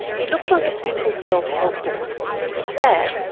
it looks like a simple self-help book it's that,